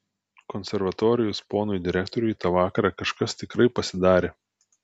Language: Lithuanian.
konservatorijos ponui direktoriui tą vakarą kažkas tikrai pasidarė